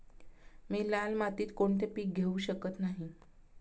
मी लाल मातीत कोणते पीक घेवू शकत नाही?